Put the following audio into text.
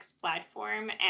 platform